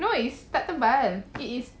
no it's tak tebal it is tak tebal